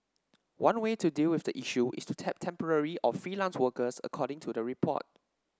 one way to deal with the issue is to tap temporary or freelance workers according to the report